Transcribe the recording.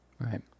right